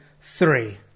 three